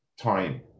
time